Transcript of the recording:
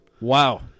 Wow